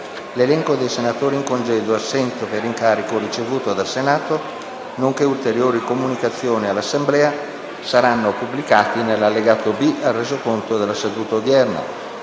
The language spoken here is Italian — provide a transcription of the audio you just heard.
L'elenco dei senatori in congedo e assenti per incarico ricevuto dal Senato, nonché ulteriori comunicazioni all'Assemblea saranno pubblicati nell'allegato B al Resoconto della seduta odierna.